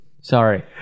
Sorry